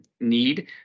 need